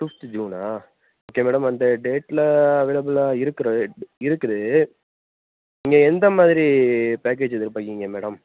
fifth ஜூனா okay madam அந்த டேட்ல அவைலபுளாக இருக்கிற இருக்குது நீங்கள் எந்தமாதிரி பேக்கேஜ் எதிர்பார்க்குறிங்க மேடம்